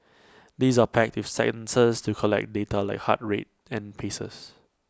these are packed with sensors to collect data like heart rate and paces